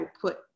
put